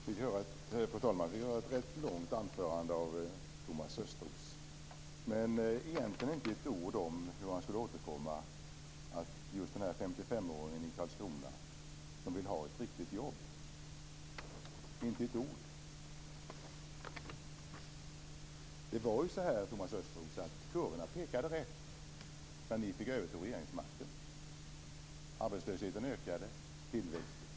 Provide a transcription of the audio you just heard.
Fru talman! Thomas Östros höll ett rätt långt anförande, men han sade egentligen inte ett ord om den 55-åring i Karlskrona som vill ha ett riktigt jobb. Inte ett ord! Kurvorna pekade rätt när ni övertog regeringsmakten, Thomas Östros.